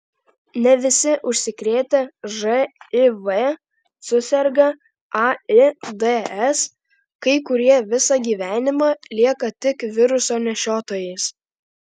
ne visi užsikrėtę živ suserga aids kai kurie visą gyvenimą lieka tik viruso nešiotojais